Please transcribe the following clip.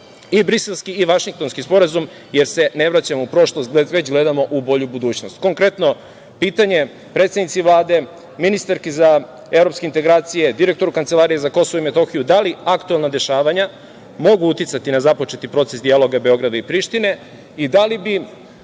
i Briselski i Vašingtonski sporazum, jer se ne vraćamo u prošlost, već gledamo u bolju budućnost. Konkretno pitanje predsednici Vlade, ministarki za Evropske integracije, direktoru Kancelarije za Kosovo i Metohiju – da li aktuelna dešavanja mogu uticati na započeti proces dijaloga Beograda i Prištine i da li bi